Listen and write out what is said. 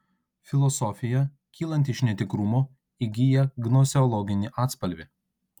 filosofija kylanti iš netikrumo įgyja gnoseologinį atspalvį